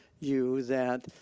you that